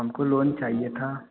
हमको लोन चाहिए था